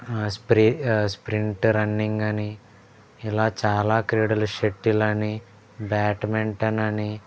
spree sprint running అని ఇలా చాలా క్రీడలు షటిల్ అని బ్యాట్మెంటన్ అని